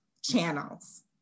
channels